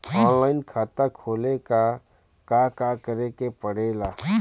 Online खाता खोले ला का का करे के पड़े ला?